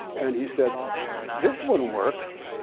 and he said this one works.